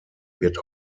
wird